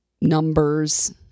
numbers